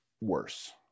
worse